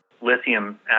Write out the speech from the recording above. lithium